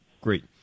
Great